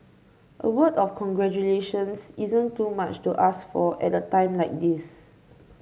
a word of congratulations isn't too much to ask for at a time like this